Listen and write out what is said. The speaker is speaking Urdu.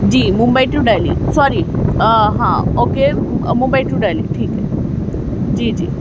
G Mumbai to Delhi sorry ہاں اوکے ممبئی ٹو دہلی ٹھیک ہے جی جی